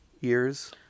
years